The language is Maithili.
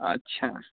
अच्छा